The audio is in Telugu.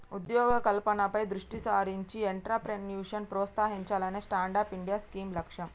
ఉద్యోగ కల్పనపై దృష్టి సారించి ఎంట్రప్రెన్యూర్షిప్ ప్రోత్సహించాలనే స్టాండప్ ఇండియా స్కీమ్ లక్ష్యం